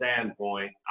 standpoint